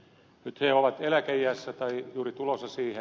nyt he ovat eläkeiässä tai juuri tulossa siihen